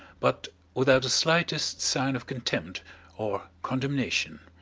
but without the slightest sign of contempt or condemnation.